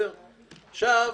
הוא